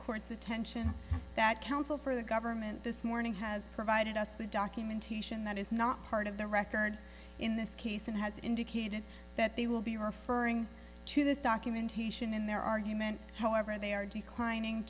court's attention that counsel for the government this morning has provided us with documentation that is not part of the record in this case and has indicated that they will be referring to this documentation in their argument however they are declining